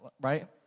right